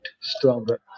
stronger